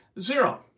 Zero